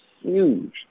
huge